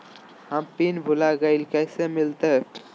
हम पिन भूला गई, कैसे मिलते?